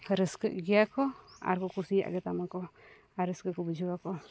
ᱨᱟᱹᱥᱠᱟᱹᱜ ᱜᱮᱭᱟ ᱠᱚ ᱟᱨᱠᱚ ᱠᱩᱥᱤᱭᱟᱜ ᱜᱮᱛᱟᱢᱟᱠᱚ ᱟᱨ ᱨᱟᱹᱥᱠᱟᱹ ᱠᱚ ᱵᱩᱡᱷᱟᱹᱣ ᱟᱠᱚ